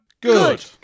Good